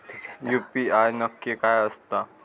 UPI नक्की काय आसता?